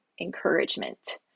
encouragement